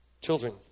Children